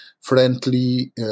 friendly